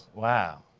wow.